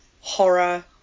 horror